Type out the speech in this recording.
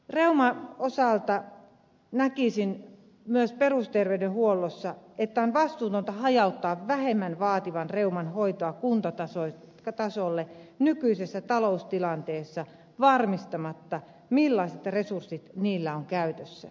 reuman osalta näkisin myös perusterveydenhuollossa että on vastuutonta hajauttaa vähemmän vaativan reuman hoitoa kuntatasolle nykyisessä taloustilanteessa varmistamatta millaiset resurssit kunnilla on käytössä